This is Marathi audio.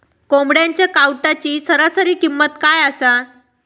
कोंबड्यांच्या कावटाची सरासरी किंमत काय असा?